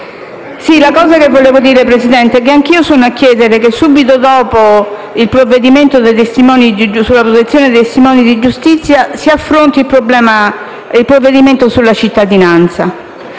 Signor Presidente, anch'io sono a chiedere che, subito dopo il provvedimento sulla protezione dei testimoni di giustizia, si affronti il provvedimento sulla cittadinanza.